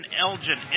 Elgin